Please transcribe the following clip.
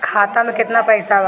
खाता में केतना पइसा बा?